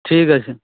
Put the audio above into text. ঠিক আছে